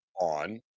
on